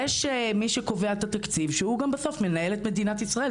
יש מי שקובע את התקציב שהוא גם בסוף מנהל את מדינת ישראל,